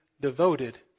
devoted